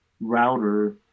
router